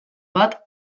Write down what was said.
bat